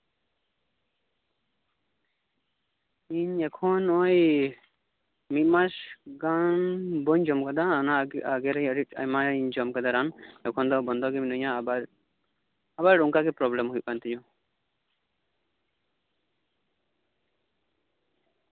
ᱤᱧ ᱮᱠᱷᱚᱱ ᱱᱚᱜᱼᱚᱭ ᱢᱤᱫ ᱢᱟᱥ ᱜᱟᱱ ᱵᱟᱹᱧ ᱡᱚᱢ ᱟᱠᱟᱫᱟ ᱚᱱᱟᱜᱮ ᱟᱜᱮ ᱨᱮ ᱟᱹᱰᱤ ᱟᱭᱢᱟᱧ ᱡᱚᱢ ᱠᱟᱫᱟ ᱨᱟᱱ ᱮᱠᱷᱚᱱ ᱫᱚ ᱵᱚᱱᱫᱚ ᱜᱮ ᱢᱤᱱᱟᱹᱧᱟ ᱟᱵᱟᱨ ᱚᱱᱠᱟ ᱜᱮ ᱯᱨᱚᱵᱞᱮᱢ ᱦᱩᱭᱩᱜ ᱠᱟᱱ ᱛᱤᱧᱟᱹ